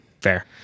Fair